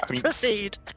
proceed